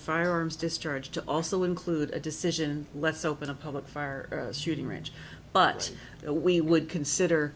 the firearms discharge to also include a decision let's open a public far shooting range but a we would consider